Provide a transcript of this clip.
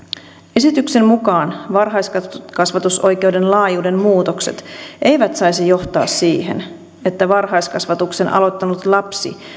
esityksen mukaan varhaiskasvatusoikeuden laajuuden muutokset eivät saisi johtaa siihen että varhaiskasvatuksen aloittanut lapsi